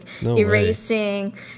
erasing